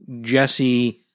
Jesse